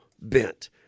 bent